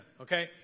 Okay